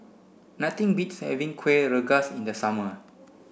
nothing beats having Kueh Rengas in the summer